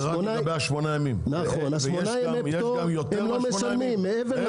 8 ימי פטור הם לא משלמים.